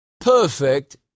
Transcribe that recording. perfect